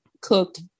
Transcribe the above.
cooked